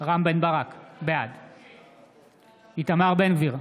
רם בן ברק, בעד איתמר בן גביר,